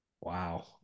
Wow